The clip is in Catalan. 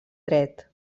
dret